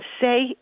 say